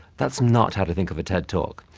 that's not how to think of a ted talk.